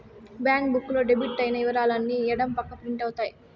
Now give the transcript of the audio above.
bank book లో debit అయిన ఇవరాలు అన్ని ఎడం పక్క ప్రింట్ అవుతాయి